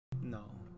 No